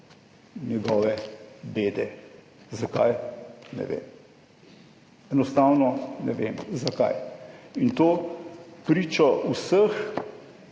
njegove bede. Zakaj? Ne vem. Enostavno ne vem zakaj. In to v pričo vseh,